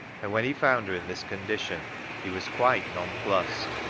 and when he found her in this condition he was quite nonplussed.